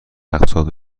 اقساط